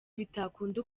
bitakunda